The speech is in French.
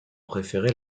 préféré